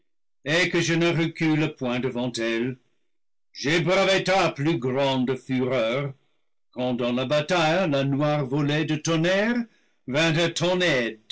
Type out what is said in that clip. et que je ne recule point devant elle j'ai bravé ta plus grande fureur quand dans la bataille la noire volée du tonnerre vint à ton